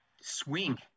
swing